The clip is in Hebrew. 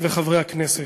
וחברי הכנסת,